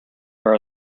far